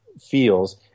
feels